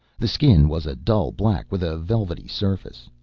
the skin was a dull black, with a velvety surface.